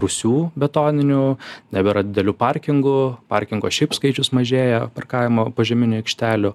rūsių betoninių nebėra didelių parkingų parkingo šiaip skaičius mažėja parkavimo požeminių aikštelių